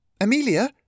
Amelia